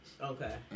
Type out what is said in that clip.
Okay